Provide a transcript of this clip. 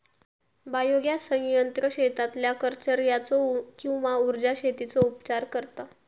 biogas संयंत्र शेतातल्या कचर्याचो किंवा उर्जा शेतीचो उपचार करता